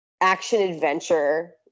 action-adventure